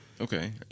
Okay